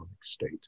state